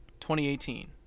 2018